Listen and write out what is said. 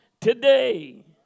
today